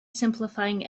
simplifying